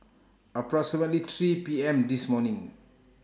approximately three P M This morning